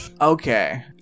okay